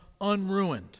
unruined